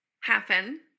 happen